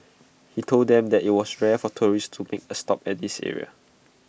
he told them that IT was rare for tourists to make A stop at this area